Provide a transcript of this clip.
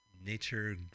Nature